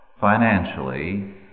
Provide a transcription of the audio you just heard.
financially